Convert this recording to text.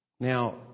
Now